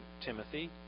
Timothy